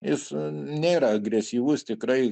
jis nėra agresyvus tikrai